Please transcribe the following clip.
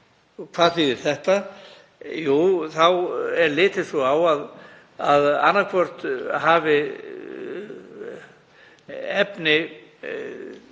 Hvað þýðir þetta? Jú, þá er litið svo á að annaðhvort hafi efni